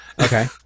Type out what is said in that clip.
Okay